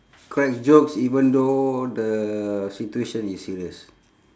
crack jokes even though the situation is serious